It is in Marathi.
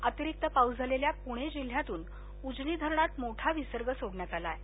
अतिरिक्त पाउस झालेल्या पुणे जिल्ह्यातून उजनी धरणात मोठा विसर्ग सोडण्यात आला आहे